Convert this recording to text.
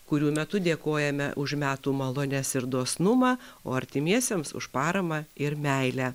kurių metu dėkojame už metų malones ir dosnumą o artimiesiems už paramą ir meilę